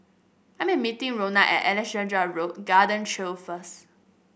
I am meeting Rhona at Alexandra Road Garden Trail first